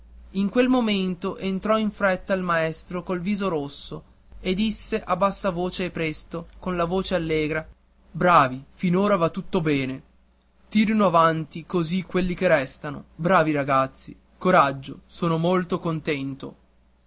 in quel momento entrò in fretta il maestro col viso rosso e disse a bassa voce e presto con la voce allegra bravi finora va tutto bene tirino avanti così quelli che restano bravi ragazzi coraggio sono molto contento